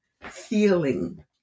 feeling